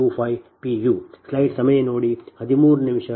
1125 p